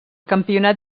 campionat